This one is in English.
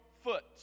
foot